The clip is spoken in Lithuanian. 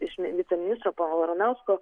iš viceministro pono varanausko